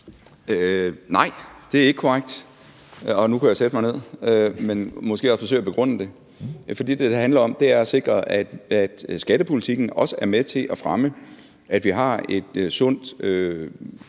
Nej, det er ikke korrekt. Og nu kunne jeg sætte mig ned, men jeg vil forsøge at begrunde det. For det, det handler om, er at sikre, at skattepolitikken også er med til at fremme, at vi har et sundt,